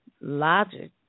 logic